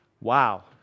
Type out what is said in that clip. Wow